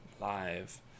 live